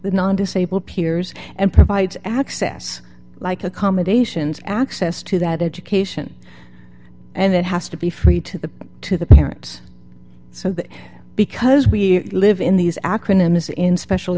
the non disabled peers and provides access like accommodations access to that education and it has to be free to the to the parents so that because we live in these acronyms in special